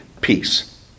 peace